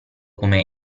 come